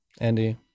Andy